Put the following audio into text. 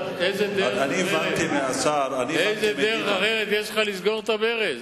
איזה דרך אחרת יש לך לסגור את הברז?